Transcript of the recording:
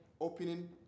opening